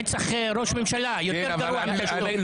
רצח ראש ממשלה יותר גרוע מתשלום.